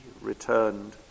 returned